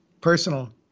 personal